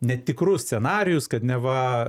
netikrus scenarijus kad neva